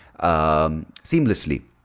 seamlessly